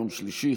יום שלישי,